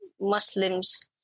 Muslims